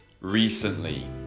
recently